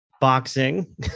boxing